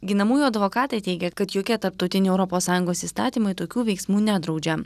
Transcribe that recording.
ginamųjų advokatai teigia kad jokie tarptautiniai europos sąjungos įstatymai tokių veiksmų nedraudžia